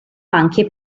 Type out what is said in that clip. anche